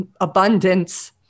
abundance